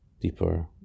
deeper